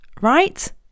right